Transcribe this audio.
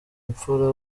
imfura